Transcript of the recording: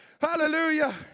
hallelujah